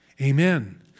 Amen